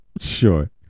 Sure